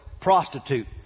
prostitute